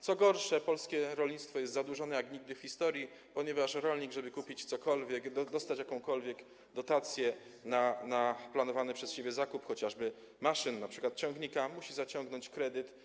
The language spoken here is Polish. Co gorsza, polskie rolnictwo jest zadłużone jak nigdy w historii, ponieważ rolnik, żeby kupić cokolwiek, dostać jakąkolwiek dotację na planowany przez siebie zakup, chociażby maszyn, np. ciągnika, musi zaciągnąć kredyt.